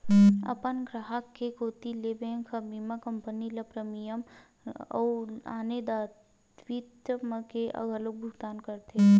अपन गराहक के कोती ले बेंक ह बीमा कंपनी ल प्रीमियम अउ आने दायित्व मन के घलोक भुकतान करथे